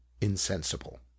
insensible